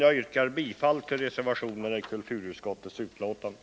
Jag yrkar bifall till reservationerna vid kulturutskottets betänkande.